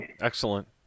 excellent